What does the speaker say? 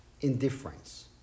indifference